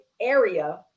area